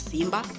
simba